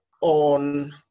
on